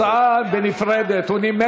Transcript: הצעה נפרדת.